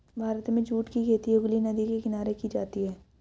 भारत में जूट की खेती हुगली नदी के किनारे की जाती है